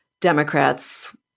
Democrats